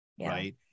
Right